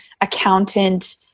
accountant